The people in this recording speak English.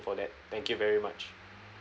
for that thank you very much